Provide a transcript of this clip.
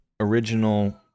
original